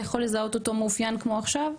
יכול לזהות אותו מאופיין כמו עכשיו?